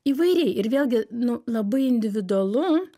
įvairiai ir vėlgi nu labai individualu